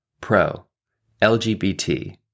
Pro-LGBT